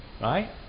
right